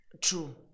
True